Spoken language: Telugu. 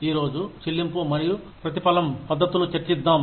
ఈరోజు చెల్లింపు మరియు ప్రతిఫలం పద్ధతులు చర్చిద్దాం